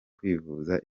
kwivuza